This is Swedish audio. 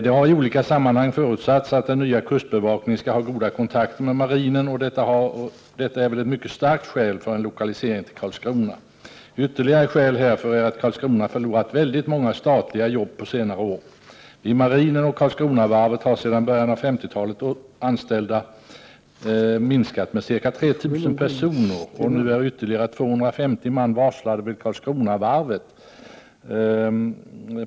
Det har i olika sammanhang förutsatts att den nya kustbevakningen skall ha goda kontakter med marinen, och detta är väl ett mycket starkt skäl för en lokalisering till Karlskrona. Ytterligare skäl härför är att Karlskrona har förlorat många statliga jobb på senare år. Vid marinen och Karlskronavarvet har antalet anställda minskat med ca 3 000 personer sedan början av 50-talet, och nu är ytterligare 250 man varslade vid Karlskronavarvet.